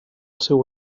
seu